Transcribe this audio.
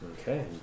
Okay